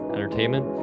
Entertainment